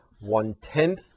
one-tenth